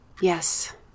Yes